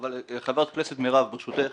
ברשותך,